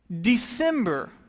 December